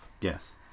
yes